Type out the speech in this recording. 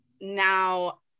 Now